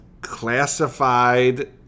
classified